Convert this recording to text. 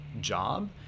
job